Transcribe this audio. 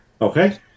Okay